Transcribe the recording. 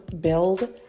build